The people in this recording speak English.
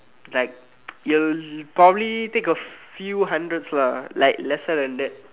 like you will probably take a few hundreds lah like lesser than that